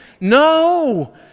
No